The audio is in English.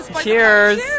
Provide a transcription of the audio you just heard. Cheers